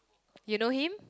you know him